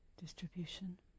Distribution